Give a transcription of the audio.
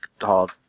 hard